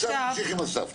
עכשיו תמשיכי עם הסבתות.